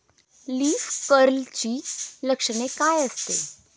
Leaf कर्लची लक्षणे काय आहेत?